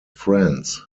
friends